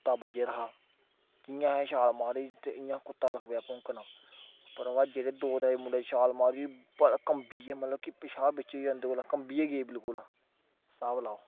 कुत्ता बज्झे दा हा जि'यां अहें छाल मरी ते इ'यां कुत्ता लग्गी पेआ भौंकन भ्रावा जेह्ड़े दो त्रै मुड़े छाल मारी कम्बी गे मतलब कि पेशाब बिच्च होई गेआ उं'दे कोला कम्बी गै बिलकुल स्हाब लाओ